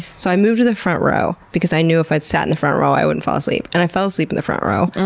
so, i moved to the front row because i knew if i sat in the front row i wouldn't fall asleep. and i fell asleep in the front row.